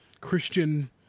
Christian